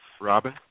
Robin